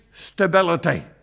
stability